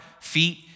feet